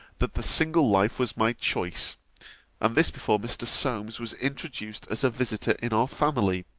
that the single life was my choice and this before mr. solmes was introduced as a visitor in our family